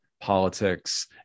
politics